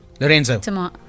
Lorenzo